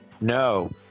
No